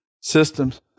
systems